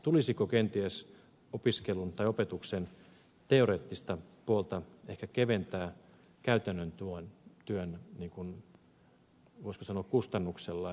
tulisiko kenties opiskelun tai opetuksen teoreettista puolta ehkä keventää käytännön työn voisiko sanoa kustannuksella